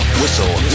whistle